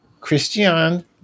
Christian